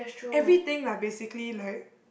everything lah basically like